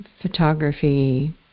photography